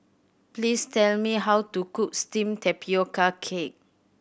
please tell me how to cook steamed tapioca cake